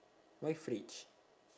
why fridge